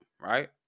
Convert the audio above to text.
Right